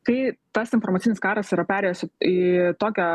kai tas informacinis karas yra perėjęs į tokią